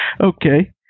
Okay